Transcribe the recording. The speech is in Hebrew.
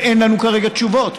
ואין לנו כרגע תשובות.